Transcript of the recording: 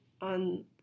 on